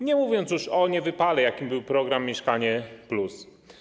Nie mówię już o niewypale, jakim był program „Mieszkanie+”